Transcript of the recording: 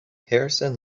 harrison